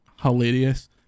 Hilarious